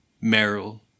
Merrill